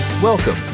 Welcome